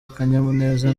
akanyamuneza